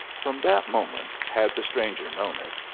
from that moment, had the stranger known it,